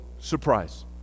surprise